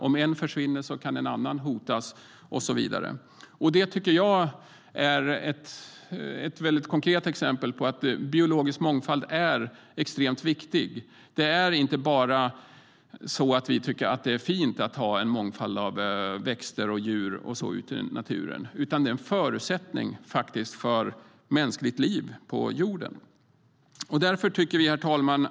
Om en försvinner kan en annan hotas och så vidare. Herr talman!